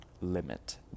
limit